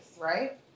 right